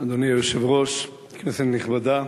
אדוני היושב-ראש, כנסת נכבדה,